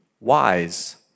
wise